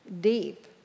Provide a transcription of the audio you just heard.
deep